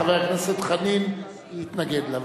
חבר הכנסת חנין יתנגד לה.